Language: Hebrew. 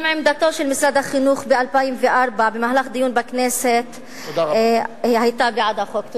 גם עמדתו של משרד החינוך ב-2004 במהלך דיון בכנסת היתה בעד החוק.